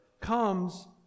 comes